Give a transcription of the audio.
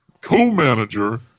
co-manager